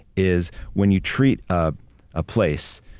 is when you treat ah a place,